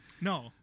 No